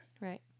right